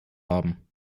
haben